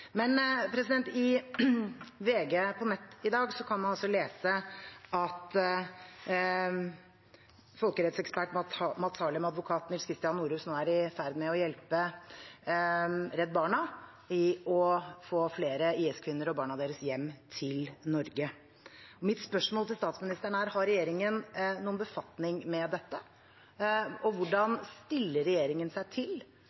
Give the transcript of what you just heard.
I VG på nettet i dag kan man lese at folkerettsekspert Mads Harlem og advokat Nils Christian Nordhus nå er i ferd med å hjelpe Redd Barna med å få flere IS-kvinner og barna deres hjem til Norge. Mitt spørsmål til statsministeren er: Har regjeringen noen befatning med dette? Hvordan stiller regjeringen seg til